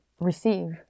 receive